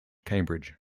cambridge